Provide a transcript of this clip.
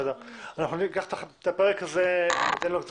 ניתן מחשבה לפרק הזה.